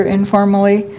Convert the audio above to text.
informally